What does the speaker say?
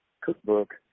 cookbook